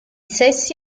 sessi